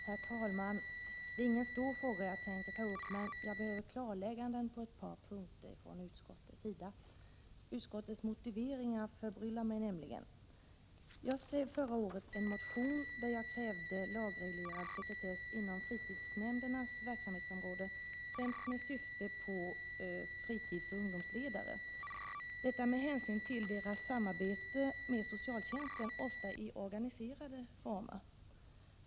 Herr talman! Det är ingen stor fråga som jag vill ta upp, men jag behöver från utskottets sida klarlägganden på ett par punkter. Utskottets motiveringar förbryllar mig nämligen. Jag skrev förra året en motion där jag krävde lagreglerad sekretess inom fritidsnämndernas verksamhetsområde, främst med syftning på fritidsoch ungdomsledare med hänsyn till dessas samarbete med socialtjänsten, ofta i organiserade former.